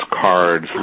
cards